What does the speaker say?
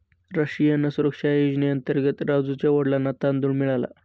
राष्ट्रीय अन्न सुरक्षा योजनेअंतर्गत राजुच्या वडिलांना तांदूळ मिळाला